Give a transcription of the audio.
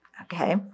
okay